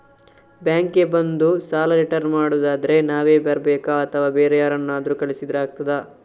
Bank ಗೆ ಬಂದು ಸಾಲ ರಿಟರ್ನ್ ಮಾಡುದಾದ್ರೆ ನಾವೇ ಬರ್ಬೇಕಾ ಅಥವಾ ಬೇರೆ ಯಾರನ್ನಾದ್ರೂ ಕಳಿಸಿದ್ರೆ ಆಗ್ತದಾ?